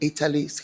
Italy